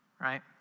Right